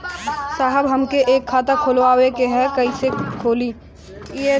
साहब हमके एक खाता खोलवावे के ह कईसे खुली?